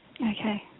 Okay